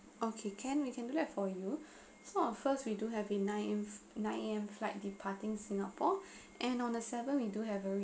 okay can we can do that for you so first we do have a nine nine A_M flight departing singapore and on the seventh we do have a